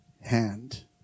hand